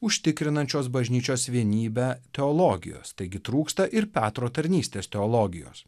užtikrinančios bažnyčios vienybę teologijos taigi trūksta ir petro tarnystės teologijos